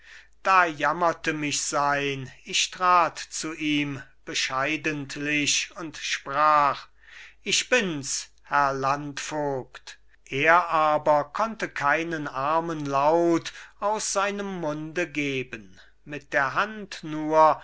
da jammerte mich sein ich trat zu ihm bescheidentlich und sprach ich bin's herr landvogt er aber konnte keinen armen laut aus seinem munde geben mit der hand nur